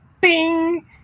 Bing